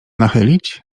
nachylić